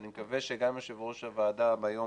ואני מקווה שגם יושב ראש הוועדה ביום